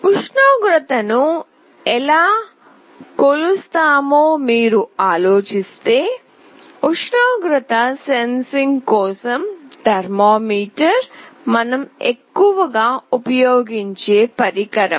ఉష్ణోగ్రతను ఎలా కొలుస్తామో మీరు ఆలోచిస్తే ఉష్ణోగ్రత సెన్సింగ్ కోసం థర్మామీటర్ మనం ఎక్కువగా ఉపయోగించే పరికరం